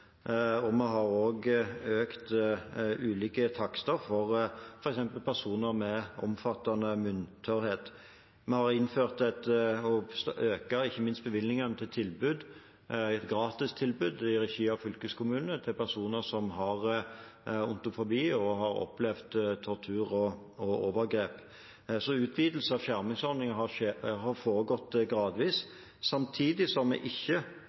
og vi har også økt ulike takster for f.eks. personer med omfattende munntørrhet. Vi har innført – og ikke minst økt bevilgningene til – et tilbud, et gratistilbud, i regi av fylkeskommunen for personer med odontofobi og personer som har opplevd tortur og overgrep. Så utvidelsen av skjermingsordninger har foregått gradvis, samtidig som vi ikke